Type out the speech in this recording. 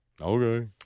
Okay